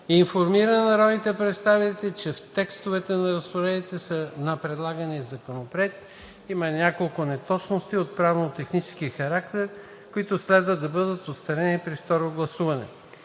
информира народните представители, че в текстовете на разпоредбите на предлагания законопроект има няколко неточности от правно технически характер, които следва да бъдат отстранени при второ гласуване.